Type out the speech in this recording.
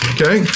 Okay